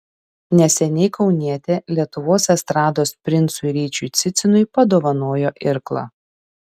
neseniai kaunietė lietuvos estrados princui ryčiui cicinui padovanojo irklą